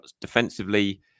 defensively